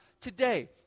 today